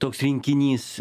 toks rinkinys